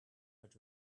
but